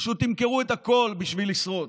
פשוט תמכרו את הכול בשביל לשרוד,